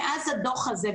מאז הדוח הזה,